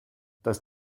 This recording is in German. dass